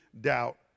doubt